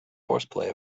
horseplay